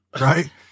Right